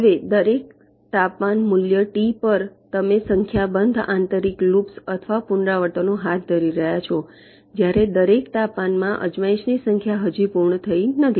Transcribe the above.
હવે દરેક તાપમાન મૂલ્ય ટી પર તમે સંખ્યાબંધ આંતરિક લૂપ્સ અથવા પુનરાવર્તનો હાથ ધરી રહ્યા છો જ્યારે દરેક તાપમાનમાં અજમાયશ ની સંખ્યા હજી પૂર્ણ થઈ નથી